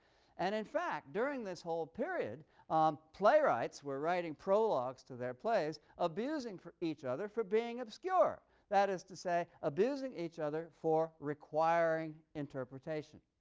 and in fact, during this whole period playwrights were writing prologues to their plays abusing each other for being obscure that is to say, abusing each other for requiring interpretation.